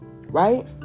Right